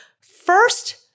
first